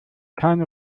keine